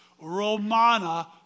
Romana